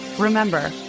Remember